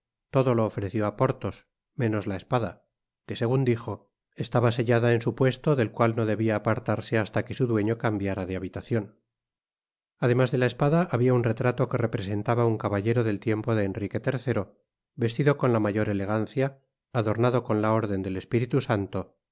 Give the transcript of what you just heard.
todo lo ofreció á porthos menos la espada que segun dijo estaba sellada en su puesto del cual no debia apartarse hasta que su dueño cambiara de habitacion además de la espada habia un retrato que representaba un caballero del tiempo de enrique iii vestido con la mayor elegancia adornado con la órden del espíritu santo